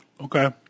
Okay